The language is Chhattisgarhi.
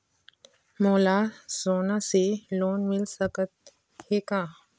मोला सोना से लोन मिल सकत हे का?